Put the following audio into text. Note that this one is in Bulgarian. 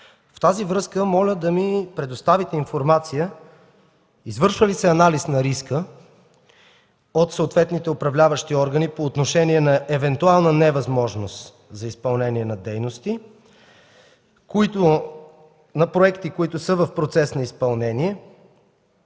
В тази връзка моля да ни предоставите информация извършва ли се анализ на риска от съответните управляващи органи по отношение на евентуална невъзможност за изпълнение на дейности на проекти, които са в процес на изпълнение